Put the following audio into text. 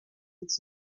its